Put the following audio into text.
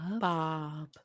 Bob